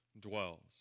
dwells